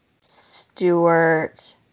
Stewart